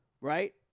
right